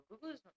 Google's